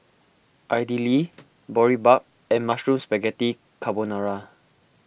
Idili Boribap and Mushroom Spaghetti Carbonara